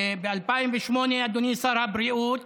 אדוני שר הבריאות,